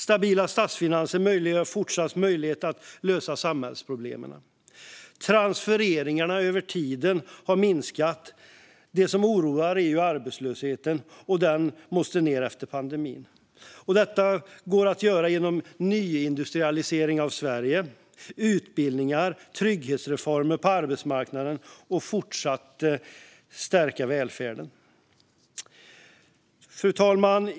Stabila statsfinanser möjliggör fortsatt möjlighet att lösa samhällsproblemen. Transfereringarna över tiden har minskat. Det som oroar är arbetslösheten, och den måste ned efter pandemin. Detta går att göra genom nyindustrialisering av Sverige, genom utbildningar och trygghetsreformer på arbetsmarknaden och genom att fortsätta att stärka välfärden. Fru talman!